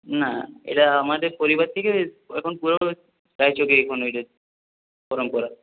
না এটা আমাদের পরিবার থেকে পরম্পরা